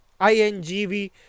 ingv